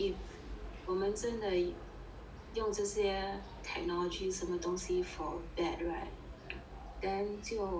我们真的用这些 technology 什么东西 for bad right then 就